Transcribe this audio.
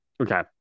Okay